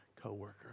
co-worker